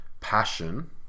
passion